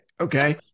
Okay